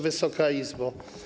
Wysoka Izbo!